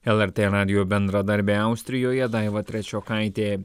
lrt radijo bendradarbė austrijoje daiva trečiokaitė